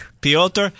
Piotr